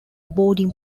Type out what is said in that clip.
boarding